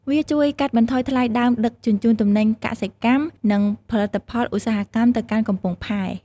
វាជួយកាត់បន្ថយថ្លៃដើមដឹកជញ្ជូនទំនិញកសិកម្មនិងផលិតផលឧស្សាហកម្មទៅកាន់កំពង់ផែ។